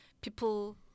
people